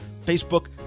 Facebook